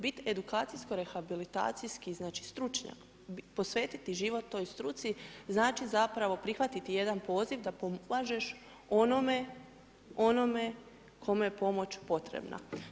Biti edukacijsko rehabilitacijski, znači, stručnjak, posvetiti život toj struci, znači zapravo prihvatiti jedan poziv da pomažeš onome kome je pomoć potrebna.